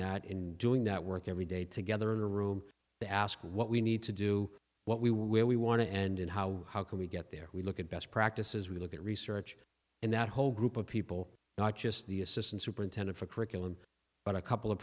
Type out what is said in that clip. that in doing that work every day together in a room to ask what we need to do what we want where we want to and and how how can we get there we look at best practices we look at research and that whole group of people not just the assistant superintendent for curriculum but a couple of